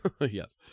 yes